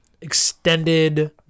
extended